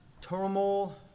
turmoil